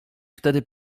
wtedy